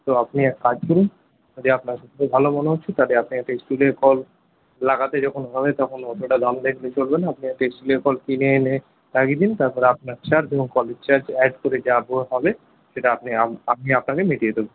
তো আপনি এক কাজ করুন যা ভালো মনে হচ্ছে তাহলে আপনি একটা স্টিলের কল লাগাতে যখন হবে তখন অতটা দাম আপনি একটা স্টিলের কল কিনে এনে লাগিয়ে দিন তারপর আপনার চার্জ এবং কলের চার্জ অ্যাড করে যা হবে সেটা আমি আপনাকে মিটিয়ে দেব